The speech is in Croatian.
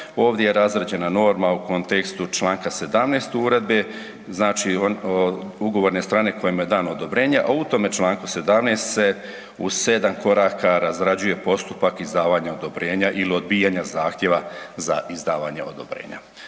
ovdje je razrađena norma u kontekstu Članka 17. Uredbe, znači, ugovorne strane kojima je dano odobrenje, a u tome čl. 17. se u 7 koraka razrađuje postupak izdavanja odobrenja il odbijanja zahtjeva za izdavanje odobrenja.